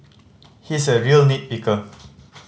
he is a real nit picker